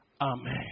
Amen